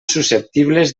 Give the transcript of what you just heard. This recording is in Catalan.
susceptibles